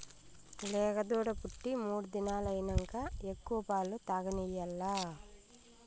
లేగదూడ పుట్టి మూడు దినాలైనంక ఎక్కువ పాలు తాగనియాల్ల